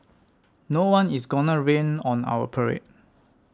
no one is gonna rain on our parade